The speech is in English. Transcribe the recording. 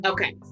Okay